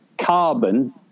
carbon